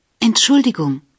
Entschuldigung